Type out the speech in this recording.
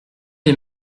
les